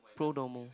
pro bono